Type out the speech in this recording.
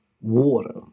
Water